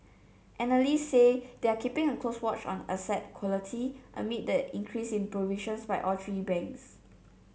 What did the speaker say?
analysts said they are keeping a close watch on asset quality amid the increase in provisions by all three banks